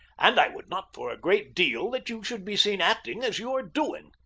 and i would not for a great deal that you should be seen acting as you are doing.